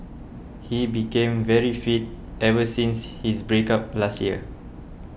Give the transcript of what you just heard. he became very fit ever since his break up last year